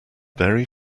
very